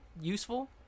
useful